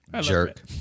Jerk